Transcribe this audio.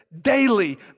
daily